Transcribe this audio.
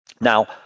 Now